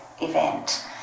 event